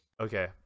Okay